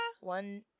One